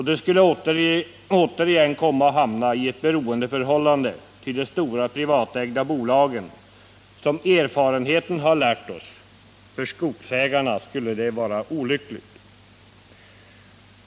De skulle återigen komma att hamna i ett beroendeförhållande till de stora privatägda skogsbolagen, något som erfarenheten har lärt oss skulle vara olyckligt för skogsägarna.